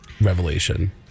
revelation